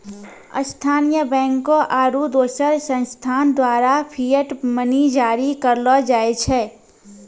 स्थानीय बैंकों आरू दोसर संस्थान द्वारा फिएट मनी जारी करलो जाय छै